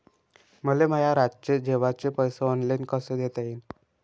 मले माया रातचे जेवाचे पैसे ऑनलाईन कसे देता येईन?